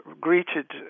greeted